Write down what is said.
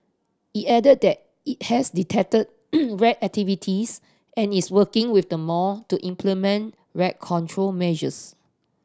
it added that it has detected rat activities and is working with the mall to implement rat control measures